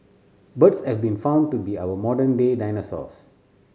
birds have been found to be our modern day dinosaurs